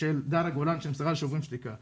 של דנה גולן שנמסרה ל"שוברים שתיקה".